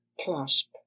clasp